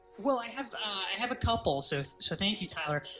well i have ah have a couple so so thank you, tyler.